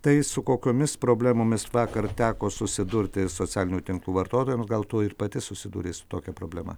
tai su kokiomis problemomis vakar teko susidurti socialinių tinklų vartotojams gal tu ir pati susidūrei su tokia problema